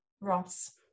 Ross